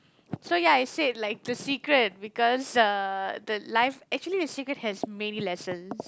so ya I said like the secret because uh the life actually the secret has many lessons